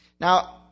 Now